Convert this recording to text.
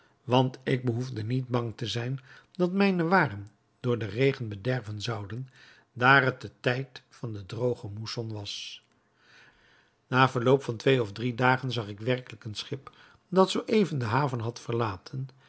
want ik behoefde niet bang te zijn dat mijne waren door den regen bederven zouden daar het den tijd van den droogen mousson was na verloop van twee of drie dagen zag ik werkelijk een schip dat zoo even de haven had verlaten